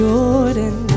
Jordan